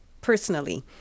personally